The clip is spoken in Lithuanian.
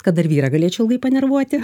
kad dar vyrą galėčiau ilgai panervuoti